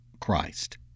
Christ